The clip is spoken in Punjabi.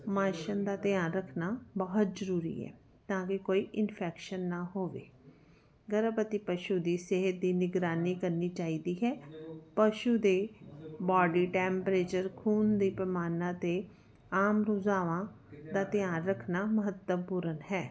ਮੌਸ਼ਨ ਦਾ ਧਿਆਨ ਰੱਖਣਾ ਬਹੁਤ ਜਰੂਰੀ ਹੈ ਤਾਂ ਕਿ ਕੋਈ ਇਨਫੈਕਸ਼ਨ ਨਾ ਹੋਵੇ ਗਰਭਵਤੀ ਪਸ਼ੂ ਦੀ ਸਿਹਤ ਦੀ ਨਿਗਰਾਨੀ ਕਰਨੀ ਚਾਹੀਦੀ ਹੈ ਪਸ਼ੂ ਦੇ ਬਾਡੀ ਟੈਮਪਰੇਚਰ ਖੂਨ ਦੇ ਪੈਮਾਨਾ ਤੇ ਆਮ ਰੁਝਾਵਾਂ ਦਾ ਧਿਆਨ ਰੱਖਣਾ ਮਹੱਤਵਪੂਰਨ ਹੈ